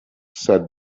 said